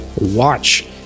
watch